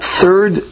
third